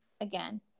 again